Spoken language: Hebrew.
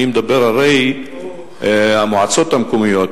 הרי המועצות המקומיות,